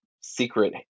secret